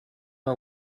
our